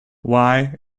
why